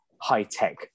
high-tech